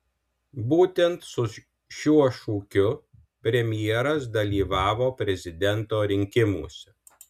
būtent su šiuo šūkiu premjeras dalyvavo prezidento rinkimuose